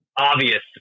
obvious